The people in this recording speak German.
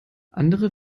andere